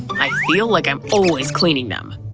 i feel like i'm always cleaning them.